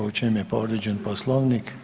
U čemu je povrijeđen Poslovnik?